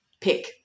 Pick